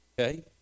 okay